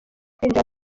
kwinjira